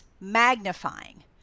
magnifying